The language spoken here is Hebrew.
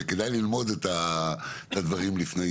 כדאי ללמוד את הדברים לפני